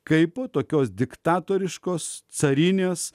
kaipo tokios diktatoriškos carinės